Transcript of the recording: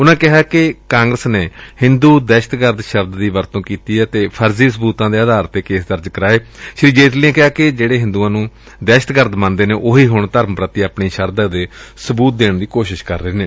ਉਨੂਾਂ ਕਿਹਾ ਕਿ ਕਾਂਗਰਸ ਨੇ ਹਿੰਦੂ ਦਹਿਸ਼ਤ ਸ਼ਬਦ ਦੀ ਵਰਤੋਂ ਕੀਤੀ ਤੇ ਫਰਜ਼ੀ ਸਬੂਤਾ ਦੇ ਆਧਾਰ ਤੇ ਕੇਸ ਦਰਜ ਕਰਾਏ ਸ੍ੀ ਜੇਟਲੀ ਨੇ ਕਿਹਾ ਕਿ ਜਿਹੜੇ ਹਿੰਦੂਆਂ ਨੂੰ ਦਹਿਸ਼ਤਗਰਦ ਮੰਨਦੇ ਨੇਂ ਉਹੀ ਹੁਣ ਧਰਮ ਦੇ ਪ੍ਤੀ ਆਪਣੀ ਸ਼ਰਧਾ ਦਾ ਸਬੂਤ ਦੇਣ ਦੀ ਕੋਸ਼ਿਸ਼ ਕਰ ਰਹੇ ਨੇ